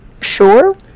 Sure